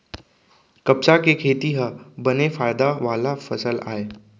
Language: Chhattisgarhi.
कपसा के खेती ह बने फायदा वाला फसल आय